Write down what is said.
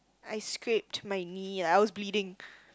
I scraped my knee like I was bleeding